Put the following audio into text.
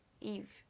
Eve